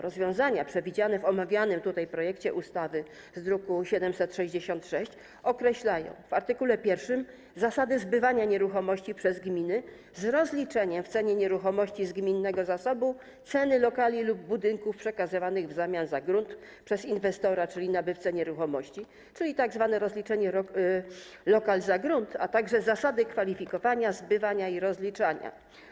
Rozwiązania przewidziane w omawianym projekcie ustawy z druku nr 766 określają - w art. 1 - zasady zbywania nieruchomości przez gminy z rozliczeniem w cenie nieruchomości z gminnego zasobu ceny lokali lub budynków przekazywanych w zamian za grunt przez inwestora, czyli nabywcę nieruchomości, czyli tzw. rozliczenie „lokal za grunt”, a także zasady kwalifikowania, zbywania i rozliczania.